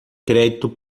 crédito